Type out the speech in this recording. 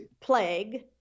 Plague